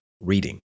reading